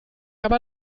aber